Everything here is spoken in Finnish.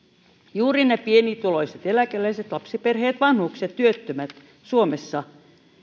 juuri ne pienituloiset eläkeläiset lapsiperheet vanhukset työttömät suomessa